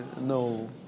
No